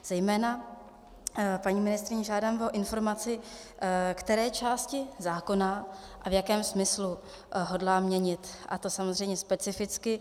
Zejména, paní ministryně, žádám o informaci, které části zákona a v jakém smyslu hodlá měnit, a to samozřejmě specificky.